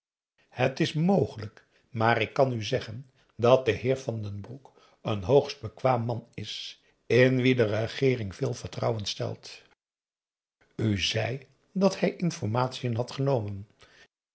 het is mogelijk maar ik kan u zeggen dat de heer van den broek een hoogst bekwaam man is in wien de regeering veel vertrouwen stelt u zei dat hij informatiën had genomen